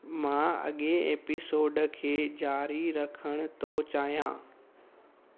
मां अॻिए एपिसोड खे ज़ारी रखण थो चाहियां